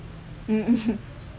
mmhmm